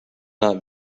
not